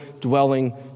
dwelling